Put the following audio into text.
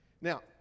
Now